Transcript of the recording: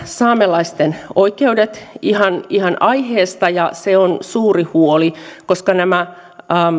saamelaisten oikeudet ihan ihan aiheesta se on suuri huoli koska näistä